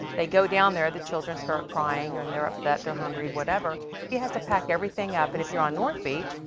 they go down there, the children start crying or and they're upset, they're hungry, whatever, she has to pack everything up. and if you're on north beach,